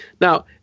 Now